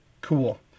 cool